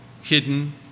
hidden